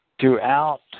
throughout